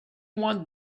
want